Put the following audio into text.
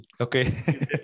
Okay